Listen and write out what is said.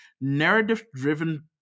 narrative-driven